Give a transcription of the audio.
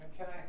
okay